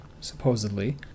supposedly